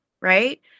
Right